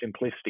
simplistic